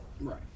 Right